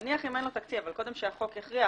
נניח שאין לו תקציב אבל קודם שהחוק יכריח,